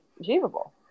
achievable